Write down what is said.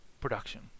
production